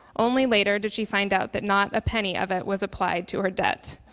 only later did she find out that not a penny of it was applied to her debt.